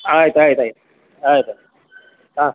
ಹಾಂ ಆಯ್ತು ಆಯ್ತು ಆಯ್ತು ಆಯ್ತು ಹಾಂ